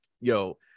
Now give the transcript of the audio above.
yo